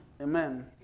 Amen